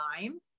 time